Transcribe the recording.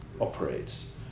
operates